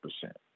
percent